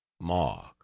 Mark